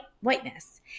whiteness